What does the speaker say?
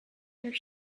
their